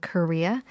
Korea